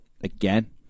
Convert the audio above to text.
again